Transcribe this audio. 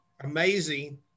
amazing